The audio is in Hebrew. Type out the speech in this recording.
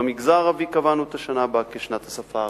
במגזר הערבי קבענו את השנה הבאה כשנת השפה הערבית.